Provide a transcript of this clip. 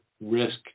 risk